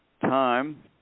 time